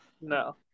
No